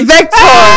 Vector